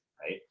right